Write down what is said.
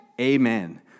amen